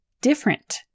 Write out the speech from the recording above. different